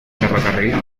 ferrocarril